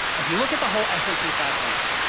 if you look at the whole s and p five hundred,